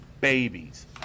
babies